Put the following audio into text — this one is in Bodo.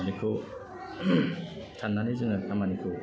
बेखौ सान्नानै जोङो खामानिखौ